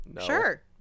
Sure